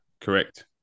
correct